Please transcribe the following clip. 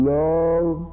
love